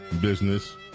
business